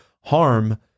harm